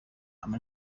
ama